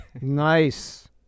nice